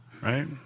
right